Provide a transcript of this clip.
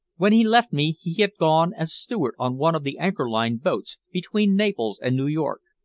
when he left me he had gone as steward on one of the anchor line boats between naples and new york,